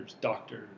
doctors